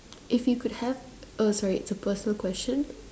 if you could have oh sorry it's a personal question